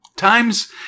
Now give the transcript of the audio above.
times